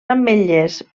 ametllers